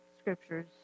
scriptures